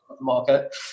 market